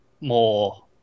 more